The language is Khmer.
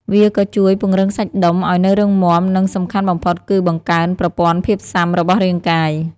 វាក៏ជួយ ពង្រឹងសាច់ដុំ ឱ្យនៅរឹងមាំ និងសំខាន់បំផុតគឺ បង្កើនប្រព័ន្ធភាពស៊ាំ របស់រាងកាយ។